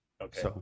Okay